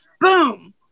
boom